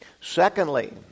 Secondly